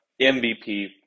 MVP